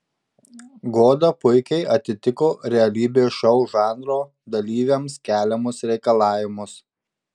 goda puikiai atitiko realybės šou žanro dalyviams keliamus reikalavimus